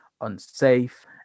unsafe